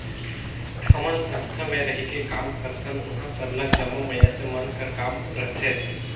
हमन संस्था में रहिके काम करथन उहाँ सरलग जम्मो मइनसे मन कर काम रहथे